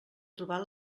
trobar